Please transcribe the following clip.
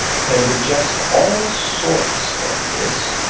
can digest all sorts of this,